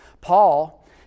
Paul